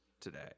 today